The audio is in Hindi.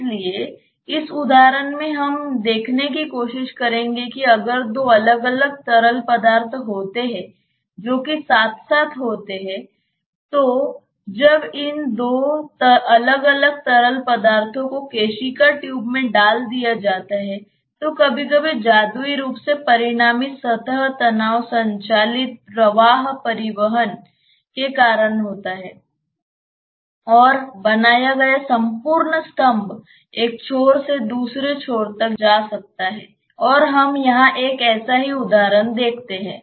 इसलिए इस उदाहरण में हम देखने की कोशिश करेंगे कि अगर दो अलग अलग तरल पदार्थ होते हैं जो कि साथ साथ होते हैं तो जब इन दो अलग अलग तरल पदार्थों को केशिका ट्यूब में डाल दिया जाता है तो कभी कभी जादुई रूप से परिणामी सतह तनाव संचालित प्रवाह परिवहन के कारण होता है और बनाया गया संपूर्ण स्तंभ एक छोर से दूसरे छोर तक जा सकता है और हम यहां एक ऐसा ही उदाहरण देखते हैं